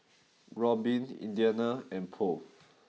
Robin Indiana and Bo